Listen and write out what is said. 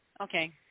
Okay